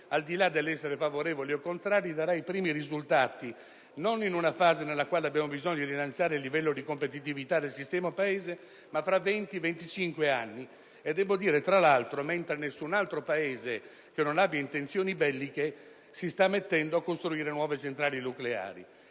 al di là dell'essere favorevoli o contrari, darà i primi risultati non nella fase in cui abbiamo bisogno di rilanciare il livello di competitività del sistema Paese, ma fra 20-25 anni mentre - aggiungo io - nessun altro Paese che non abbia intenzioni belliche si sta accingendo a costruire nuove centrali nucleari.